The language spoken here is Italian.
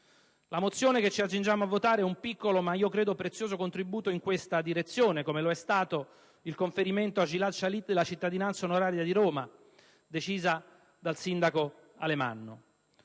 La mozione che ci accingiamo a votare è un piccolo, ma io credo prezioso, contributo in questa direzione, come lo è stato il conferimento a Gilad Shalit della cittadinanza onoraria di Roma decisa dal sindaco Alemanno: